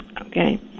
Okay